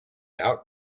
out